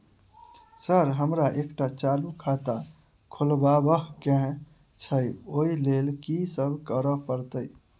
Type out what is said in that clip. Sir हमरा एकटा चालू खाता खोलबाबह केँ छै ओई लेल की सब करऽ परतै?